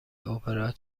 اپرا